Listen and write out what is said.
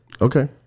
okay